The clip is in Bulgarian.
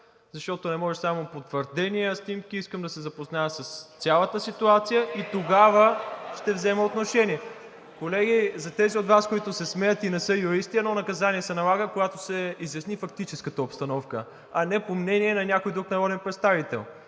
защото не може само по твърдения, снимки. Искам да се запозная с цялата ситуация и тогава ще взема отношение. (Шум, реплики.) Колеги, за тези от Вас, които се смеят и не са юристи, едно наказание се налага, когато се изясни фактическата обстановка, а не по мнение на някой друг народен представител.